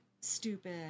stupid